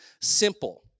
simple